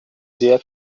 sehr